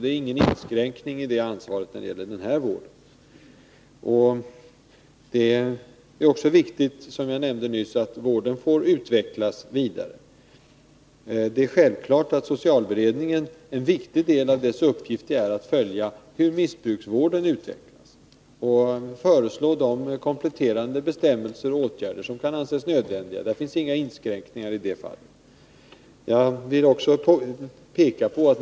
Det är ingen inskränkning i det ansvaret när det gäller den här vården. Det är också viktigt, som jag nämnde nyss, att vården får utvecklas vidare. En viktig del av socialberedningens uppgift är att följa hur missbrukarvården utvecklas och att föreslå de kompletterande bestämmelser och åtgärder som kan anses nödvändiga. Det finns inga inskränkningar i det fallet.